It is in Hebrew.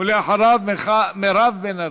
ולאחריו, מירב בן ארי.